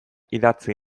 idatzi